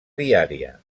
diària